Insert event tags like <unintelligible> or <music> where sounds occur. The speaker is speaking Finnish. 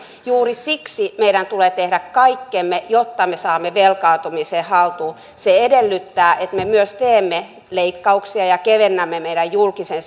juuri siksi meidän tulee tehdä kaikkemme jotta me saamme velkaantumisen haltuun se edellyttää että me myös teemme leikkauksia ja kevennämme meidän julkisen <unintelligible>